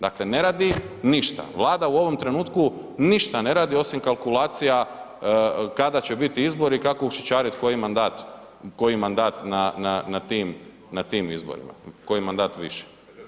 Dakle ne radi ništa, Vlada u ovom trenutku ništa ne radi osim kalkulacija kada će biti izbori i kako ušićariti koji mandat na tim izborima, koji mandat više.